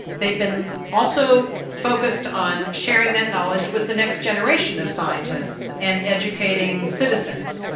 they've been also focused on sharing that knowledge with the next generation of scientists and educating citizens.